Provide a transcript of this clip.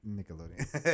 Nickelodeon